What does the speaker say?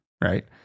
Right